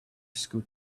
scoot